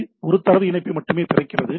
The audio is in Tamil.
பி ஒரு தரவு இணைப்பை மட்டுமே திறக்கிறது